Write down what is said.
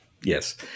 yes